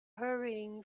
hurrying